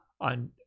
on